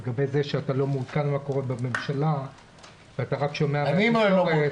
לגבי זה שאתה לא מעודכן מה קורה בממשלה ורק שומע בתקשורת,